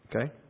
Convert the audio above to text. Okay